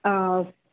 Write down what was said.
okay